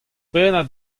pennad